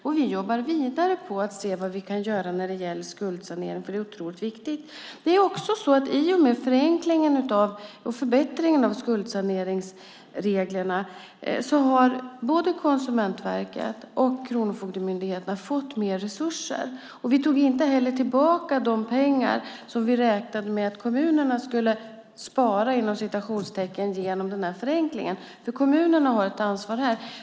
Och vi jobbar vidare med att se vad vi kan göra när det gäller skuldsanering, för det är otroligt viktigt. I och med förenklingen och förbättringen av skuldsaneringsreglerna har också både Konsumentverket och Kronofogdemyndigheten fått mer resurser. Vi tog inte heller tillbaka de pengar som vi räknade med att kommunerna skulle "spara" genom den här förenklingen, för kommunerna har ett ansvar här.